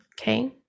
okay